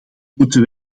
moeten